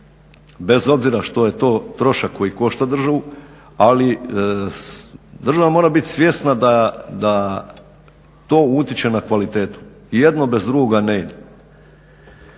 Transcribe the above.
bez obzira što je to trošak koji košta državu, ali država mora biti svjesna da to utiče na kvalitetu i jedno bez drugoga ne ide.